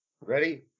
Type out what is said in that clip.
Ready